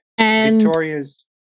Victoria's